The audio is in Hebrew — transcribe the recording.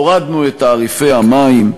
הורדנו את תעריפי המים,